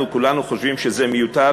אנחנו כולנו חושבים שזה מיותר.